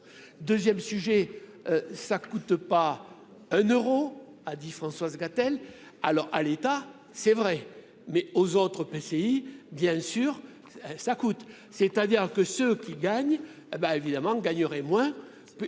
2ème sujet ça coûte pas un Euro a dit Françoise Gatel alors à l'État, c'est vrai, mais aux autres PCI, bien sûr, ça coûte, c'est-à-dire que ceux qui gagnent, hé ben évidemment gagneraient moins